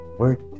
word